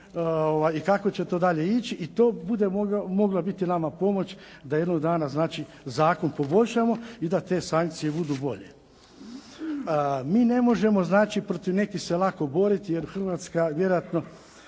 i kako će to dalje ići. I to bude mogla biti nama pomoć da jednog dana zakon poboljšamo i da te sankcije budu boje. Mi ne možemo protiv nekih se lako boriti jer Hrvatska vjerojatno